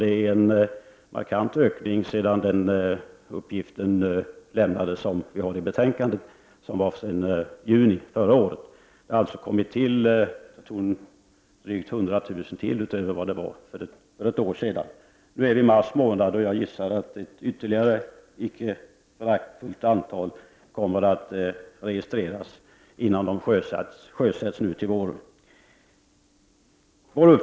Det är en markant ökning jämfört med när den uppgift som vi har i betänkandet lämnades som avsåg juni förra året. Det har alltså tillkommit drygt 100 000 utöver det antal som var registrerat för ett år sedan. Nu är vi i mars månad, och jag gissar att ett ytterligare icke föraktfullt antal båtar kommer att registreras, innan de sjösätts nu i vår.